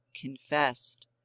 confessed